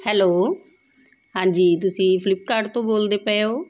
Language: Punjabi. ਹੈਲੋ ਹਾਂਜੀ ਤੁਸੀਂ ਫਲਿੱਪਕਾਰਡ ਤੋਂ ਬੋਲਦੇ ਪਏ ਹੋ